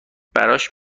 براش